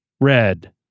red